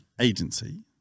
agency